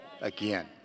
again